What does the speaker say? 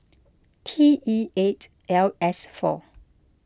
T E eight L S four